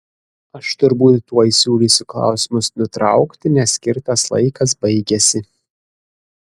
aš turbūt tuoj siūlysiu klausimus nutraukti nes skirtas laikas baigiasi